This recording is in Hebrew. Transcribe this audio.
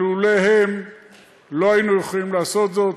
ולולא הם לא היינו יכולים לעשות זאת.